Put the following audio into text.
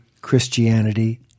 Christianity